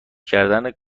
کردن